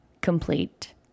complete